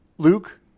Luke